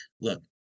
look